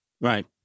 Right